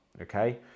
okay